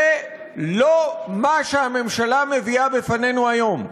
זה לא מה שהממשלה מביאה בפנינו היום.